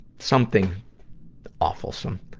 something awfulsome?